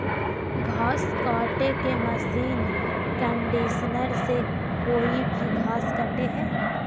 घास काटे के मशीन कंडीशनर से कोई भी घास कटे हइ